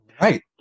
right